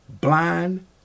blind